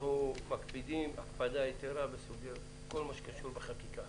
אנחנו מקפידים הקפדה יתרה בכל מה שקשור בחקיקה.